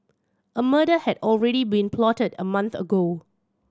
a murder had already been plotted a month ago